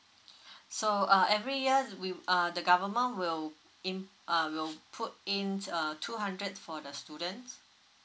so uh every year we uh the government will in uh will put in err two hundred for the students